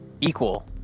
equal